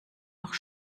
noch